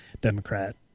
Democrat